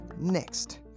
Next